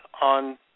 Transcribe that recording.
on